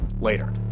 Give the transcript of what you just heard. later